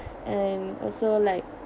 and also like